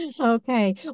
Okay